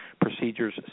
procedures